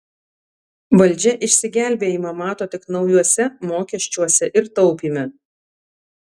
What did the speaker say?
valdžia išsigelbėjimą mato tik naujuose mokesčiuose ir taupyme